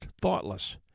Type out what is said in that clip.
thoughtless